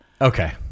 Okay